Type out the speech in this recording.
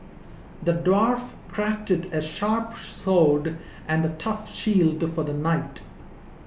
the dwarf crafted a sharp sword and a tough shield for the knight